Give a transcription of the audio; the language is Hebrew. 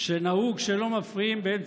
לא יעזור